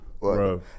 Bro